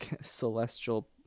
celestial